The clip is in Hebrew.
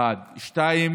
שנית,